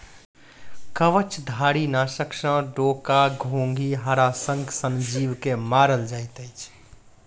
कवचधारीनाशक सॅ डोका, घोंघी, हराशंख सन जीव के मारल जाइत अछि